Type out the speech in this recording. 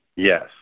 Yes